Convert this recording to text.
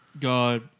God